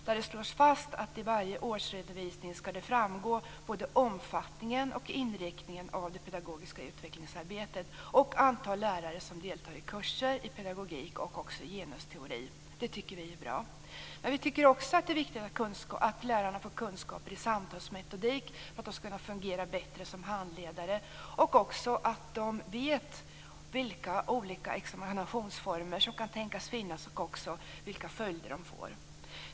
Där slås det fast att det i varje årsredovisning skall framgå både omfattningen och inriktningen av det pedagogiska utvecklingsarbetet och det antal lärare som deltar i kurser i pedagogik och genusteori. Det tycker vi är bra. Men vi tycker också att det är viktigt att lärarna får kunskaper i samtalsmetodik för att de skall kunna fungera bättre som handledare och också att de vet vilka olika examinationsformer som kan tänkas finnas och vilka följder de får.